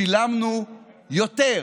שילמנו יותר.